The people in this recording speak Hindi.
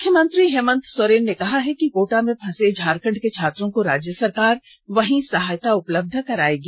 मुख्यमंत्री हेमंत सोरेन ने कहा है कि कोटा में फंसे झारखंड के छात्रों को राज्य सरकार वहीं सहायता उपलब्ध करायेगी